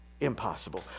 impossible